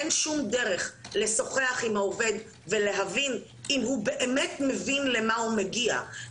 אין שום דרך לשוחח עם העובד ולהבין אם הוא באמת מבין למה הוא מגיע,